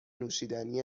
نوشیدنی